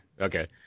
Okay